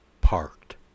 parked